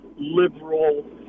liberal